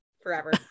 forever